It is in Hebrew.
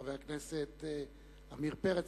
חבר הכנסת עמיר פרץ,